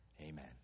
Amen